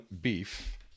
beef